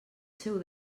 seu